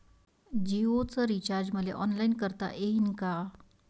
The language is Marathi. जीओच रिचार्ज मले ऑनलाईन करता येईन का?